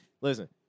listen